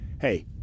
hey